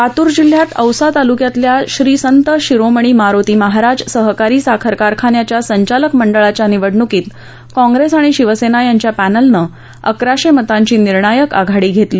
लातूर जिल्ह्यात औसा तालुक्यातील श्री संत शिरोमणी मारोती महाराज सहकारी साखर कारखान्याच्या संचालक मंडळाच्या निवडणुकीत कॉंग्रेस आणि शिवसेना यांच्या पॅनलने अकराशे मताची निर्णायक आघाडी घेतली